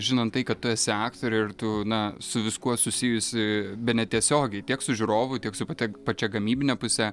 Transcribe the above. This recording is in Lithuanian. žinant tai kad tu esi aktorė ir tu na su viskuo susijusi bene tiesiogiai tiek su žiūrovu tiek su pate pačia gamybine puse